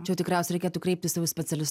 čia tikriausiai reikėtų kreiptis jau į specialistu